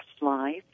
life